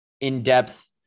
in-depth